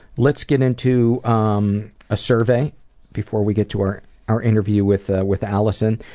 let's get into um a survey before we get to our our interview with ah with alison.